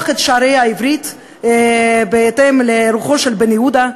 את שערי העברית בהתאם לרוחו של בן-יהודה,